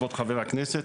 לכבוד חבר הכנסת